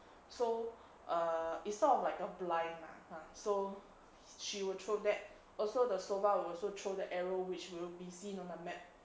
so err it's sort of like a blind lah !huh! so she will throw that also the sova will also throw the arrow which will be seen on the map